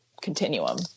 continuum